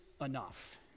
enough